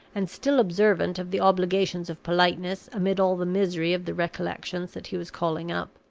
and still observant of the obligations of politeness amid all the misery of the recollections that he was calling up.